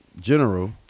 general